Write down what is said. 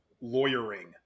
lawyering